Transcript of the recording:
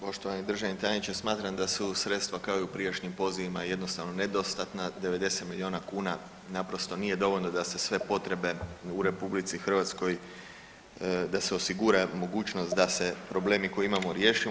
Poštovani državni tajniče, smatram da su sredstva kao i u prijašnjim pozivima jednostavno nedostatna, 90 milijuna kuna naprosto nije dovoljno da se sve potrebe u RH da se osigura mogućnost da se problemi koji imamo riješimo.